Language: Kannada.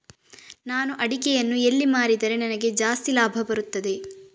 ನಾನು ಅಡಿಕೆಯನ್ನು ಎಲ್ಲಿ ಮಾರಿದರೆ ನನಗೆ ಜಾಸ್ತಿ ಲಾಭ ಬರುತ್ತದೆ?